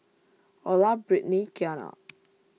Orla Britni Kiana